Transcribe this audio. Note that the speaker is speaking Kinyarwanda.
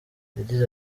yagize